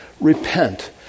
Repent